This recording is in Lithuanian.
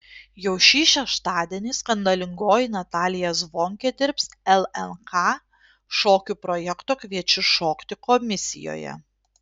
jau šį šeštadienį skandalingoji natalija zvonkė dirbs lnk šokių projekto kviečiu šokti komisijoje